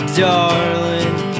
darling